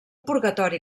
purgatori